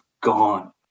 gone